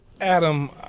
Adam